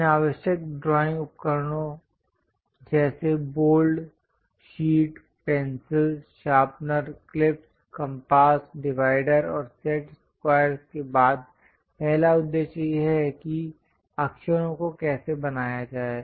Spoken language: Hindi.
इन आवश्यक ड्राइंग उपकरणों जैसे bold sheet pencil sharpener clip compass divider और सेट स्क्वायर के बाद पहला उद्देश्य यह है कि अक्षरों को कैसे बनाया जाए